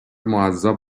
معذب